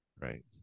Right